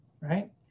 right